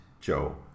Joe